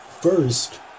first